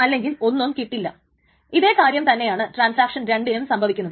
ഇനി absolute right ഇല്ലെങ്കിലും പ്രശ്നം ആകുന്നില്ല